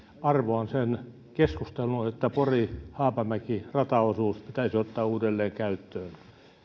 arvoon sen keskustelun että pori haapamäki rataosuus täytyy ottaa uudelleen käyttöön